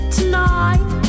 Tonight